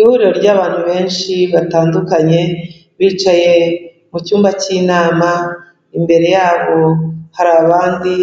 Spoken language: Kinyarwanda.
Ihuriro ry'abantu benshi batandukanye bicaye mu cyumba cy'inama, imbere yabo hari abandi,